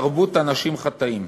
תרבות אנשים חטאים".